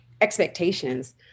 expectations